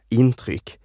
intryck